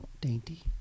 Dainty